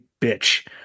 bitch